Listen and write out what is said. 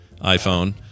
iPhone